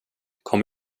kom